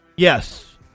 Yes